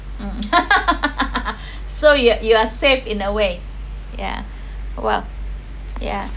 um so you you are safe in a way ya !wah! ya